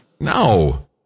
no